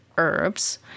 Herbs